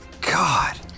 God